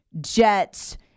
jets